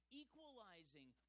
equalizing